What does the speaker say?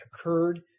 occurred